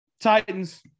Titans